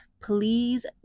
please